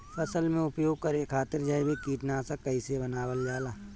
फसल में उपयोग करे खातिर जैविक कीटनाशक कइसे बनावल जाला?